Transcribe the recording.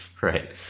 right